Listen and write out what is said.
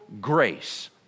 grace